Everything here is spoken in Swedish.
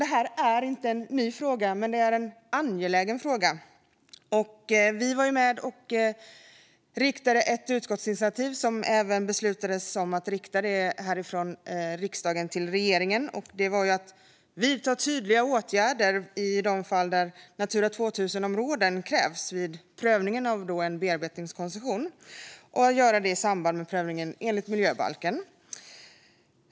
Det här är inte en ny fråga, men det är en angelägen fråga. Vi var med och riktade ett utskottsinitiativ som det beslutades om att rikta härifrån riksdagen till regeringen. Det handlade om att vidta tydliga åtgärder i de fall där Natura 2000-områden krävs vid prövningen av en bearbetningskoncession och om att göra det i samband med prövningen enligt miljöbalken.